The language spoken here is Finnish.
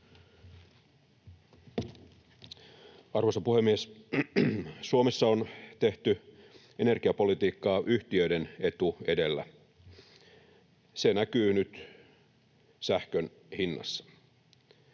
Arvoisa puhemies! Suomessa on tehty energiapolitiikkaa yhtiöiden etu edellä. Se näkyy nyt sähkön hinnassa.